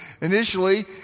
Initially